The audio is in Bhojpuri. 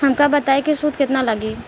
हमका बताई कि सूद केतना लागी?